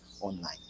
online